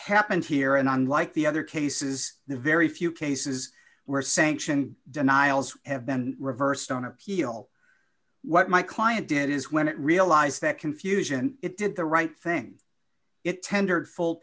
happened here and unlike the other cases the very few cases where sanction denials have been reversed on appeal what my client did is when it realized that confusion it did the right thing it tendered full